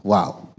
Wow